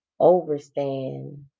overstand